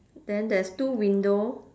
then there's two window